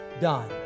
done